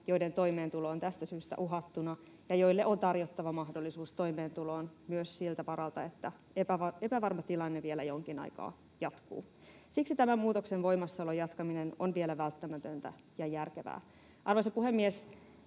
joiden toimeentulo on tästä syystä uhattuna ja joille on tarjottava mahdollisuus toimeentuloon myös siltä varalta, että epävarma tilanne vielä jonkin aikaa jatkuu. Siksi tämän muutoksen voimassaolon jatkaminen on vielä välttämätöntä ja järkevää. Arvoisa puhemies!